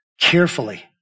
carefully